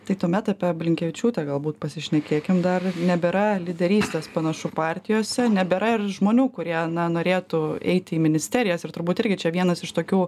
tai tuomet apie blinkevičiūtę galbūt pasišnekėkim dar nebėra lyderystės panašu partijose nebėra ir žmonių kurie na norėtų eiti į ministerijas ir turbūt irgi čia vienas iš tokių